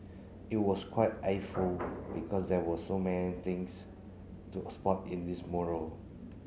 it was quite eyeful because there were so many things to spot in this mural